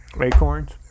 Acorns